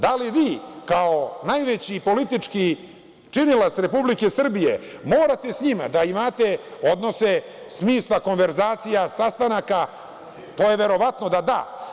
Da li vi kao najveći politički činilac Republike Srbije morate sa njima da imate odnose smisla, konverzacija, sastanaka, to je verovatno da da.